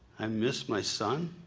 i miss my son.